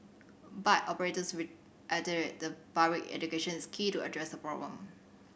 bike operators reiterated that public education is key to address the problem